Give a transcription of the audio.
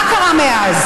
מה קרה מאז?